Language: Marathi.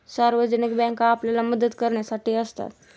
सार्वजनिक बँका आपल्याला मदत करण्यासाठी असतात